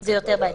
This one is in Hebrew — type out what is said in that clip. זה יותר בעייתי.